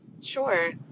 Sure